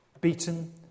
beaten